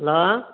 hello